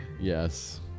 Yes